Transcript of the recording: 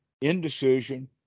indecision